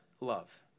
love